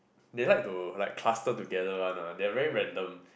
they like to like cluster together one lah they are very random